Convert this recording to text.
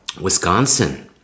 Wisconsin